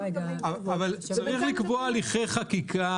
צריך לקבוע הליכי חקיקה,